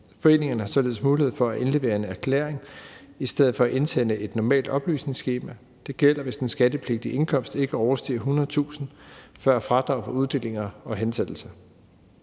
Foreningerne har således mulighed for at indlevere en erklæring i stedet for at indsende et normalt oplysningsskema. Det gælder, hvis den skattepligtige indkomst ikke overstiger 100.000 kr. før fradrag for uddelinger og hensættelser.